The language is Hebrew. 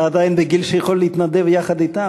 אתה עדיין בגיל שאתה יכול להשתתף אתם,